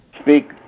Speak